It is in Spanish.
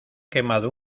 quemado